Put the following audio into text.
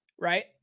right